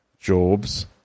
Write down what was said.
Job's